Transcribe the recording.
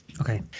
Okay